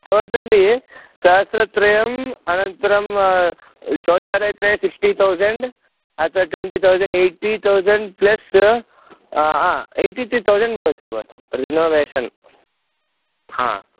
totally सहस्रत्रयम् अनन्तरं शौचालयत्रय सिक्स्टी तौसण्ड् अत्र twenty thousand eighty thousand plus uh uh eighty त्रि तौसण्ड् भवति भवतां रिनोवेशन् हा